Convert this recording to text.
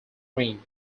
ring